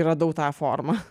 radau tą formą